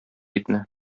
итне